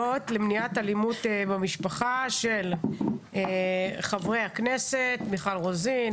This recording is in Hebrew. למניעת אלימות במשפחה של חברי הכנסת מיכל רוזין,